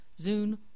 Zune